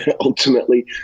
ultimately